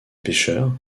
pêcheurs